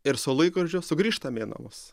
ir su laikrodžiu sugrįžtame į namus